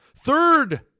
Third